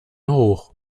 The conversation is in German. hoch